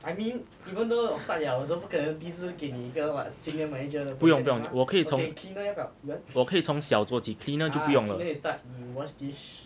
不用不用我可以从我可以从小做起 cleaner 就不用了